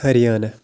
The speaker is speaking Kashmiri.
ۂریانہ